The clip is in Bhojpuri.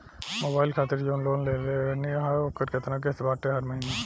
मोबाइल खातिर जाऊन लोन लेले रहनी ह ओकर केतना किश्त बाटे हर महिना?